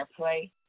airplay